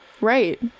right